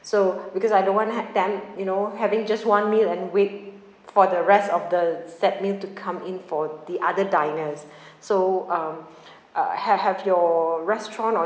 so because I don't want to have them you know having just one meal and wait for the rest of the set meal to come in for the other diners so um uh have have your restaurant or